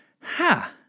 ha